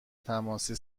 تماسی